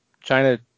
China